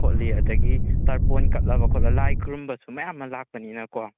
ꯈꯣꯠꯂꯤ ꯑꯗꯨꯗꯒꯤ ꯇꯔꯄꯟ ꯈꯠꯂꯕ ꯈꯣꯠꯂꯕ ꯂꯥꯏ ꯈꯣꯏꯔꯝꯕꯁꯨ ꯃꯌꯥꯝꯑꯃ ꯂꯥꯛꯄꯅꯤꯅꯀꯣ